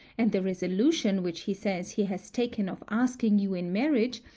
and the resolution which he says he has taken of asking you in marriage,